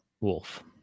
Wolf